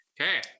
Okay